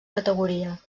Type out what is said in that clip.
categoria